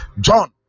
john